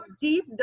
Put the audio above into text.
deep